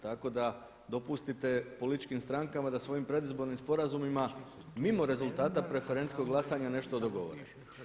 Tako da dopustite političkim strankama da svojim predizbornim sporazumima mimo rezultata preferencijskog glasanja nešto dogovore.